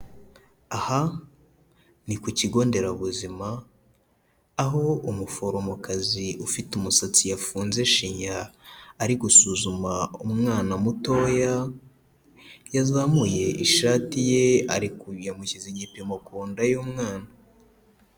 Aha ni ku kigo nderabuzima, aho umuforomokazi ufite umusatsi yafunze shinya, ari gusuzuma umwana mutoya, yazamuye ishati ye, ari ku yamushyize igipimo ku nda y'umwana.